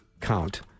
Count